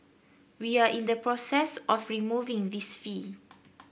we are in the process of removing this fee